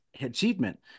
achievement